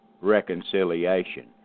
reconciliation